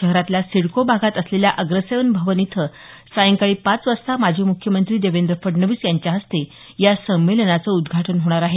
शहरातल्या सिडको भागात असलेल्या अग्रसेन भवन इथं सायंकाळी पाच वाजता माजी मुख्यमंत्री देवेंद्र फडणवीस यांच्या हस्ते या संमेलनाचं उद्घाटन होणार आहे